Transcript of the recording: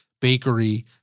Bakery